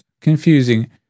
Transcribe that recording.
Confusing